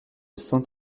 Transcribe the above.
saint